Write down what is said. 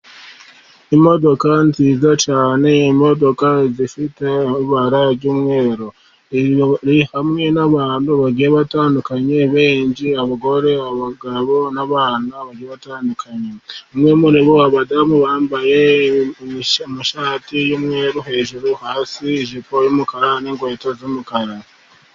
Imodoka nziza cyane imodoka zifite ibara ry'umweru, hamwe n'abantu bagiye batandukanye benshi b'abagore abagabo n'abana bagiye batandukanye, umwe muri bo abadamu bambaye amashati y'umweru hejuru, hasi ijipo y'umukara n'inkweto z'umukara.